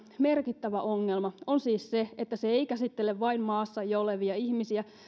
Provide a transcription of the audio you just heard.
merkittävä ongelma on siis se että se ei käsittele vain maassa jo olevia ihmisiä